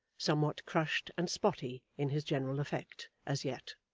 somewhat crushed and spotty in his general effect, as yet.